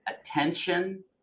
attention